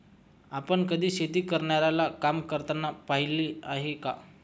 आपण कधी शेती करणाऱ्याला काम करताना पाहिले आहे का?